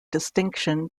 distinction